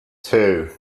two